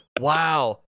Wow